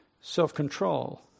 self-control